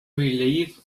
relief